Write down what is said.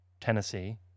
Tennessee